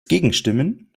gegenstimmen